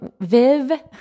Viv